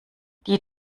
die